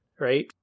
right